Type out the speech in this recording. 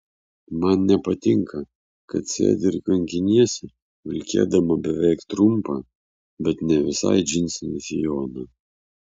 man nepatinka kad sėdi ir kankiniesi vilkėdama beveik trumpą bet ne visai džinsinį sijoną